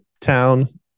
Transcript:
town